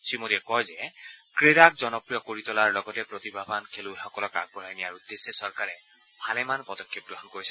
শ্ৰীমোদীয়ে কয় যে ক্ৰীড়াক জনপ্ৰিয় কৰি তোলাৰ লগতে প্ৰতিভাৱান খেলুৱৈসকলক আগবঢ়াই নিয়াৰ উদ্দেশ্যে চৰকাৰে ভালেমান পদক্ষেপ গ্ৰহণ কৰিছে